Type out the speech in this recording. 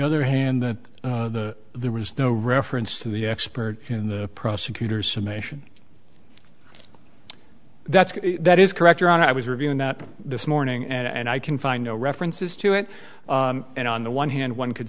other hand that there was no reference to the expert in the prosecutor's summation that's that is correct your honor i was reviewing that this morning and i can find no references to it and on the one hand one could